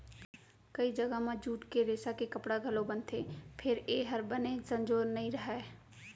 कइ जघा म जूट के रेसा के कपड़ा घलौ बनथे फेर ए हर बने संजोर नइ रहय